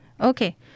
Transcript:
okay